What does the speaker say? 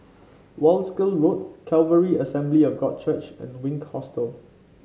Wolskel Road Calvary Assembly of God Church and Wink Hostel